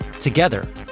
together